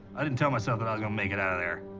i didn't tell myself that i was gonna make it outta there.